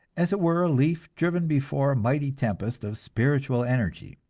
as it were a leaf driven before a mighty tempest of spiritual energy.